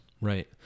Right